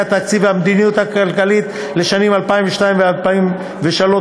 התקציב והמדיניות הכלכלית לשנות הכספים 2002 ו-2003),